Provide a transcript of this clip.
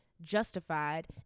justified